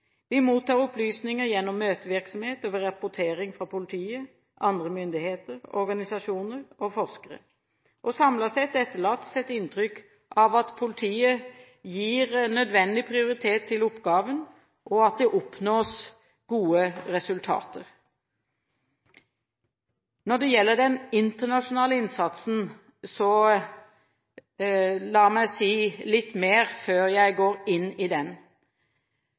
Vi mottar opplysninger gjennom møtevirksomhet og ved rapportering fra politiet, andre myndigheter, organisasjoner og forskere. Samlet sett etterlates et inntrykk av at politiet gir nødvendig prioritet til oppgaven, og at det oppnås gode resultater. Når det gjelder den internasjonale innsatsen, la meg si litt mer før jeg går inn i den.